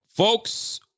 Folks